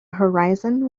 horizon